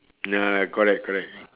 ya correct correct